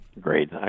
Great